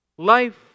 Life